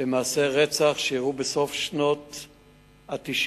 במעשי רצח שהיו בסוף שנות ה-90,